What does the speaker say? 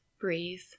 breathe